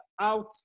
out